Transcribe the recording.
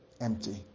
empty